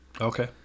Okay